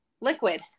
liquid